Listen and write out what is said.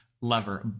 lever